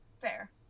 fair